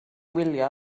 wylio